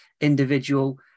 individual